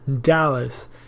Dallas